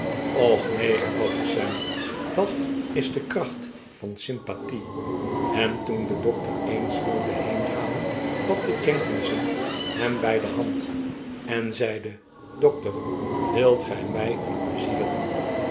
och neen hervatte sam dat is de kracht van sympathie en toen de dokter eens wilde heengaan vatte jenkinsons hem bijdehanden zeide dokter wilt gij mij eenpleizierdoen